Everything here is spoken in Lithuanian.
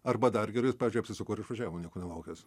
arba dar geriau jis pavyzdžiui apsisuko ir išvažiavo nieko nelaukęs